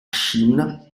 chine